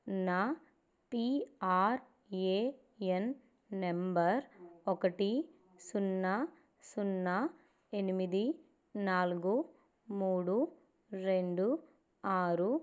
నా PRAN number ఒకటి సున్నా సున్నా ఎనిమిది నాలుగు మూడు రెండు ఆరు